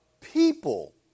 people